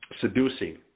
seducing